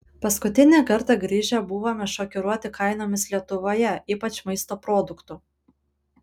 paskutinį kartą grįžę buvome šokiruoti kainomis lietuvoje ypač maisto produktų